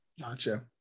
Gotcha